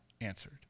answered